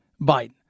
Biden